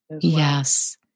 Yes